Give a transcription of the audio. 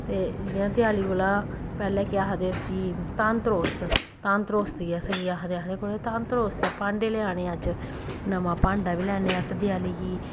ते जि'यां देआली कोला पैह्ले केह् आखदे उसी धनतरोस्त धनतरोस्ती गी अस केह् आखदे कुड़ै धनद्रोस्त ऐ भांडे लेआने अज्ज नमां भांडा बी लैन्ने अस देआली गी